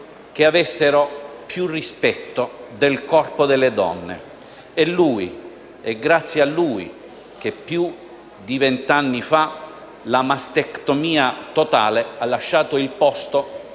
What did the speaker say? grazie a lui che più di vent'anni fa la mastectomia totale ha lasciato il posto